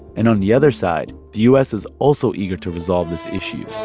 and on the other side, the u s. is also eager to resolve this issue